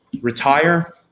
retire